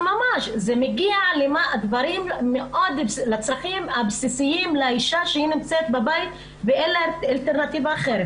זה מגיע לצרכים הבסיסיים של האישה שנמצאת בבית ואין לה אלטרנטיבה אחרת.